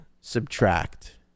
subtract